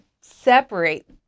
separate